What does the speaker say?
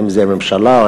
אם הממשלה,